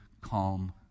calm